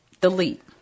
Delete